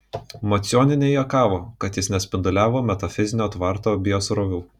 macionienė juokavo kad jis nespinduliavo metafizinio tvarto biosrovių